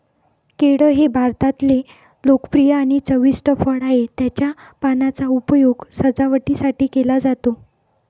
केळ हे भारतातले लोकप्रिय आणि चविष्ट फळ आहे, त्याच्या पानांचा उपयोग सजावटीसाठी केला जातो